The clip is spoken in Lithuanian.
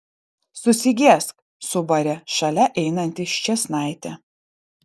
susigėsk subarė šalia einanti ščėsnaitė